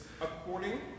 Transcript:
According